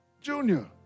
Junior